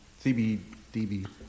CBDB